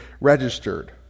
registered